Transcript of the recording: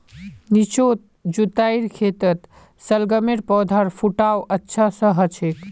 निचोत जुताईर खेतत शलगमेर पौधार फुटाव अच्छा स हछेक